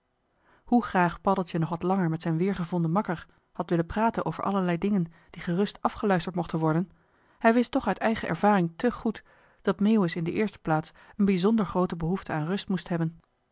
graag paddeltje nog wat langer met zijn weergevonden makker had willen praten over allerlei dingen die gerust afgeluisterd mochten worden hij wist toch uit eigen ervaring te goed dat meeuwis in de eerste plaats een bijzonder groote behoefte aan rust moest hebben